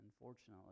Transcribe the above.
unfortunately